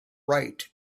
write